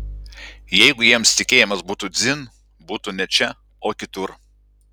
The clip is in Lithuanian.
jeigu jiems tikėjimas būtų dzin būtų ne čia o kitur